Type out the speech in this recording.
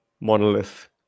monolith